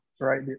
right